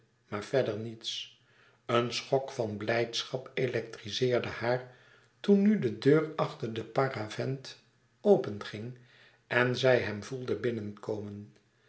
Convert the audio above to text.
maar verder niets een schok van blijdschap electrizeerde haar toen nu de deur achter den paravent openging en zij hem voelde binnenkomen